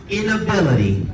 inability